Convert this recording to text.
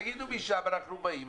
ותגידו משם אנחנו באים,